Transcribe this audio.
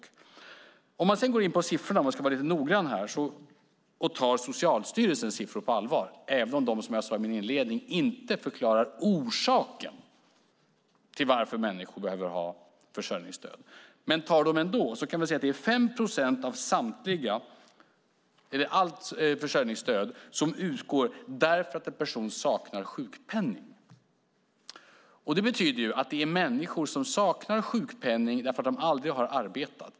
Ska man vara noggrann med siffrorna och ta Socialstyrelsens siffror på allvar - även om de som jag sade i min inledning inte förklarar orsaken till varför människor behöver ha försörjningsstöd - är det 5 procent av allt försörjningsstöd som utgår för att en person saknar sjukpenning. Det betyder att dessa människor saknar sjukpenning för att de aldrig har arbetat.